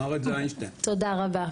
תודה רבה.